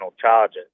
charges